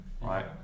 Right